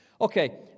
Okay